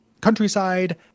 countryside